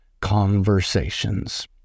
conversations